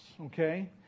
okay